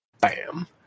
Bam